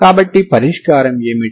కాబట్టి పరిష్కారం ఏమిటి